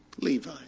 Levi